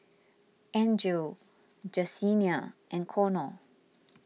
Angele Jesenia and Connor